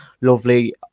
lovely